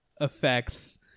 effects